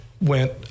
went